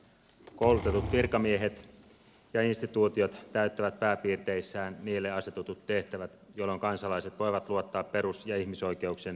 koulutetut virkamiehet ja instituutiot täyttävät pääpiirteissään niille asetetut tehtävät jolloin kansalaiset voivat luottaa perus ja ihmisoikeuksien toteutumiseen